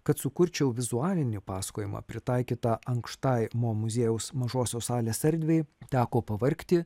kad sukurčiau vizualinį pasakojimą pritaikytą ankštai mo muziejaus mažosios salės erdvei teko pavargti